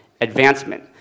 advancement